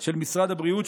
של משרד הבריאות,